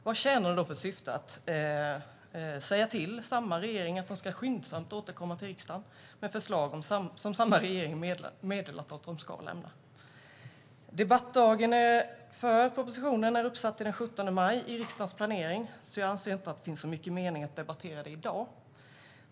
Vad tjänar det då för syfte att säga till samma regering att den skyndsamt ska återkomma till riksdagen med förslag som samma regering redan har meddelat att man ska lämna? Debattdagen för propositionen är satt till den 17 maj i riksdagens planering, så jag anser inte att det finns så mycket mening med att debattera detta i dag.